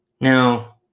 Now